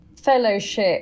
fellowship